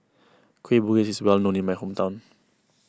Kueh Bugis is well known in my hometown